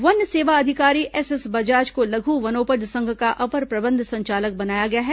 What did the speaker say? one सेवा अधिकारी S S को लघु वनोपज संघ का अपर प्रबंध संचालक बनाया गया है